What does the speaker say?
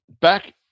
back